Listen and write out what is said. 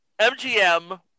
MGM